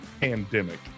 pandemic